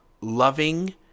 loving